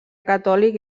catòlic